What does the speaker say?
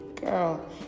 Girl